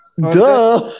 Duh